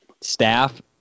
staff